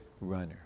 runner